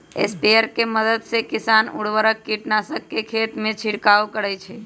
sprayer के मदद से किसान उर्वरक, कीटनाशक के खेतमें छिड़काव करई छई